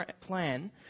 plan